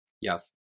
Yes